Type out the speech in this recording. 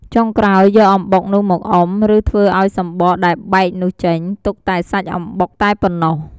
ចុងក្រោយយកអំបុកនោះមកអុំ ឬធ្វើឱ្យសំបកដែលបែកនោះចេញ ទុកតែសាច់អំបុកតែប៉ុណ្ណោះ។